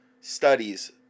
studies